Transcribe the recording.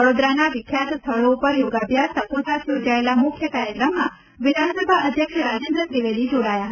વડોદરાના વિખ્યાત સ્થળો ઉપર યોગાભ્યાસ સાથોસાથ યોજાયેલા મુખ્ય કાર્યક્રમમાં વિધાનસભા અધ્યક્ષ રાજેન્દ્ર ત્રિવેદી જોડાયા હતા